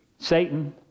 Satan